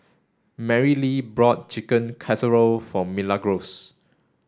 Marylee bought Chicken Casserole for Milagros